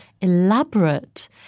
elaborate